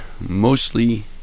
mostly